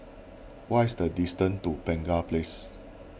what is the distance to Penaga Place